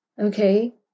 okay